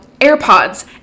AirPods